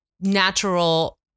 natural